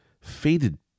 faded